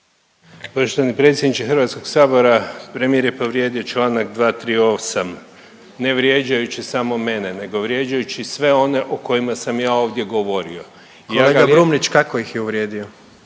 Poštovani predsjedniče HS-a, premijer je povrijedio čl. 238, ne vrijeđajući samo mene, nego vrijeđajući sve one o kojima sam ja ovdje govorio. .../Upadica: Kolega Brumnić, kako ih je uvrijedio?/...